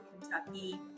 Kentucky